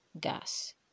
gas